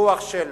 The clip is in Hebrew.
דוח של